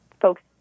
folks